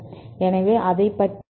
எனவே அதைப்பற்றி பார்ப்போம்